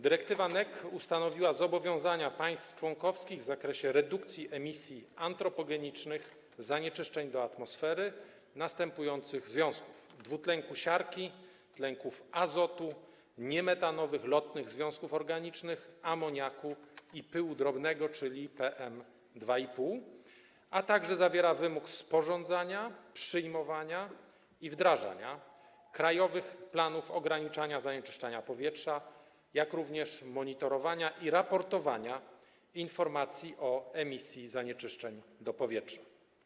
Dyrektywa NEC ustanowiła zobowiązania państw członkowskich w zakresie redukcji emisji antropogenicznych zanieczyszczeń do atmosfery następujących związków: dwutlenku siarki, tlenków azotu, niemetanowych lotnych związków organicznych, amoniaku i pyłu drobnego, czyli PM 2,5, a także zawiera wymóg sporządzania, przyjmowania i wdrażania krajowych planów ograniczania zanieczyszczania powietrza, jak również monitorowania i raportowania informacji o emisji zanieczyszczeń do powietrza.